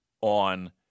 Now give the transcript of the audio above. on